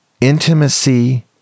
intimacy